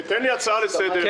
יש לי הצעה לסדר: